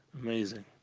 amazing